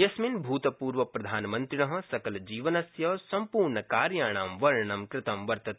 यस्मिन् भूतपूर्वप्रधानमन्त्रिण सकलजीवनस्य सम्पर्णकार्याणां वर्णनं कृतं वर्तते